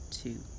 two